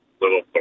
Little